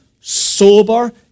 sober